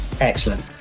Excellent